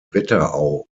wetterau